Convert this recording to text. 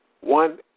One